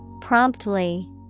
Promptly